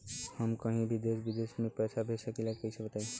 हम कहीं भी देश विदेश में पैसा भेज सकीला कईसे बताई?